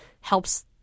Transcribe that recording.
helps